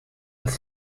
with